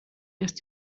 erst